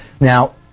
now